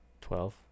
Twelve